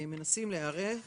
מנסים להיערך